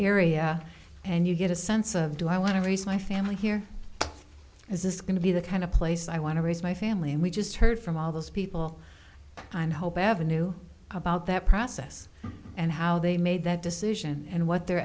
area and you get a sense of do i want to raise my family here is this going to be the kind of place i want to raise my family and we just heard from all those people i'm hoping avenue about that process and how they made that decision and what their